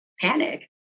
panic